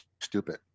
stupid